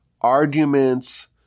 arguments